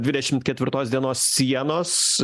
dvidešimt ketvirtos dienos sienos